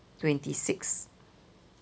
twenty six